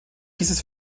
dieses